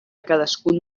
cadascun